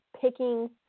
picking